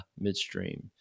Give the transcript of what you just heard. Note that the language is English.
Midstream